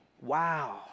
Wow